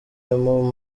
emu